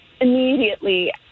Immediately